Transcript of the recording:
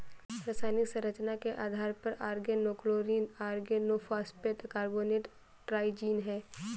रासायनिक संरचना के आधार पर ऑर्गेनोक्लोरीन ऑर्गेनोफॉस्फेट कार्बोनेट ट्राइजीन है